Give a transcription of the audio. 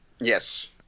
Yes